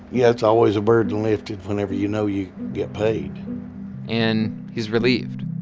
yeah. it's always a burden lifted whenever you know you get paid and he's relieved